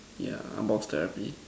yeah unbox therapy